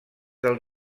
del